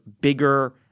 bigger